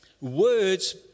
Words